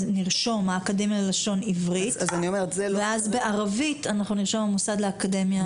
נרשום האקדמיה ללשון עברית ובערבית אנחנו נרשום המוסד לאקדמיה ערבית.